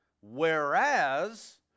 whereas